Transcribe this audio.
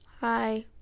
hi